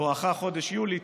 בואכה חודש יולי.